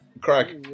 crack